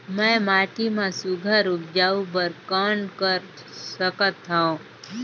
मैं माटी मा सुघ्घर उपजाऊ बर कौन कर सकत हवो?